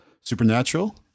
Supernatural